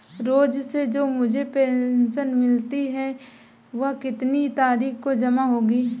रोज़ से जो मुझे पेंशन मिलती है वह कितनी तारीख को जमा होगी?